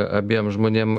abiem žmonėm